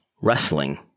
wrestling